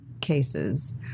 cases